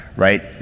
Right